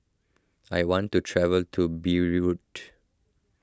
I want to travel to Beirut